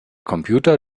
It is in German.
computer